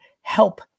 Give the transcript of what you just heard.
help